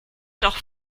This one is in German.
doch